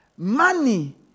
Money